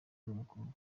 w’umukobwa